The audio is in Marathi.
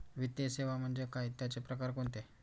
वित्तीय सेवा म्हणजे काय? त्यांचे प्रकार कोणते?